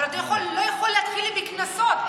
אבל אתה לא יכול להתחיל בקנסות.